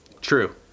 True